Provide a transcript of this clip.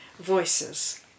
voices